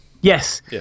Yes